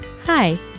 Hi